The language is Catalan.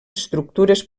estructures